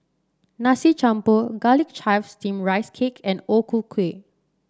Nasi Campur Garlic Chives Steamed Rice Cake and O Ku Kueh